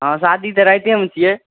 हँ शादी तऽ रातिएमे छियै